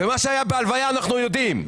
מה שהיה בהלוויה אנחנו יודעים,